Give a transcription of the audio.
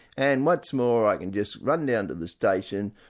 and what's more, i can just run down to the station,